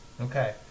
Okay